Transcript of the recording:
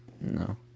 No